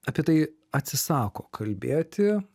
apie tai atsisako kalbėti